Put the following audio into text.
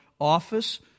office